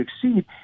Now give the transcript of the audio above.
succeed